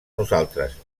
nosaltres